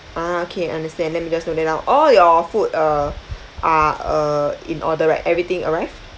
ah okay understand let me just note that down all your food uh are uh in order right everything arrived